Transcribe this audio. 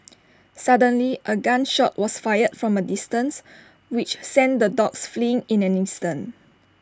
suddenly A gun shot was fired from A distance which sent the dogs fleeing in an instant